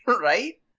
Right